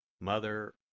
Mother